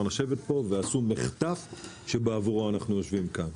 לשבת פה ועשו מחטף שבעבורו אנחנו יושבים כאן.